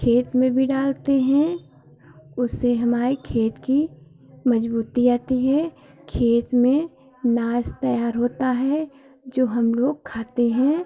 खेत में भी डालते हैं उससे हमारे खेत की मज़बूती आती है खेत में अनाज तैयार होता है जो हम लोग खाते हैं